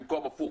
במקום הפוך